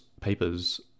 papers